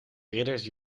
ridders